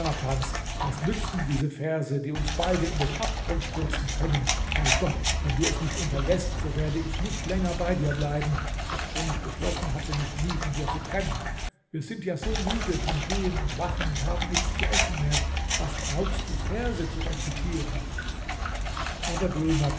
was nützen diese verse die uns beide in den abgrund stürzen können bei gott wenn du es nicht unterläßt so werde ich nicht länger bei dir bleiben obschon ich beschlossen hatte mich nie von dir zu trennen wir sind ja so müde vom gehen und wachen und haben nichts zu essen mehr was brauchst du verse zu rezitieren aber dhul makan